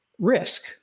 risk